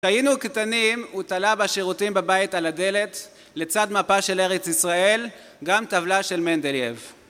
כשהיינו קטנים, הוא תלה בשירותים בבית על הדלת, לצד מפה של ארץ ישראל, גם טבלה של מנדלייב